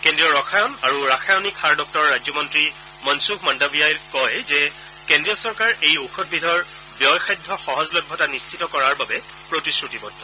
কেন্দ্ৰীয় ৰসায়ন আৰু ৰসায়নিক সাৰ ৰাজ্যমন্ত্ৰী মনচূখ মাণ্ণাভিয়াই কয় যে কেন্দ্ৰীয় চৰকাৰ এই ঔষধবিধৰ ব্যয়সাধ্য সহজলভ্যতা নিশ্চিত কৰাৰ বাবে প্ৰতিশ্ৰুতিবদ্ধ